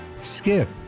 Skip